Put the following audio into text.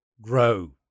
grow